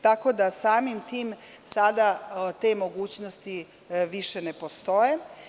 Tako da samim tim sada te mogućnosti više ne postoje.